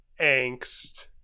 angst